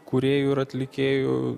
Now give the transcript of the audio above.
kūrėjų ir atlikėjų